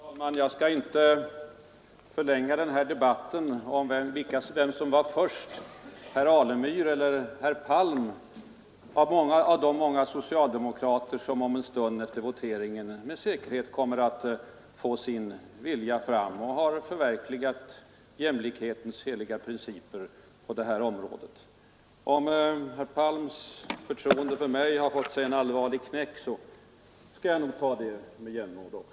Fru talman! Jag skall inte förlänga debatten om vem som var först, herr Alemyr eller herr Palm, bland de många socialdemokrater som efter voteringen om en stund med säkerhet kommer att ha fått sin vilja fram och förverkligat jämlikhetens heliga principer på detta område. Om herr Palms förtroende för mig dessutom har fått sig en ”allvarlig knäck” kan jag nog ta det med jämnmod.